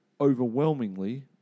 overwhelmingly